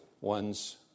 one's